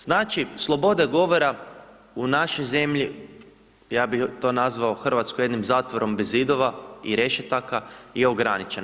Znači sloboda govora u našoj zemlji, ja bih to nazvao Hrvatsku jednim zatvorom bez zidova i rešetaka je ograničena.